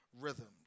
rhythms